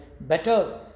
better